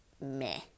meh